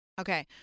Okay